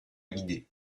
guider